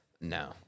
No